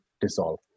dissolve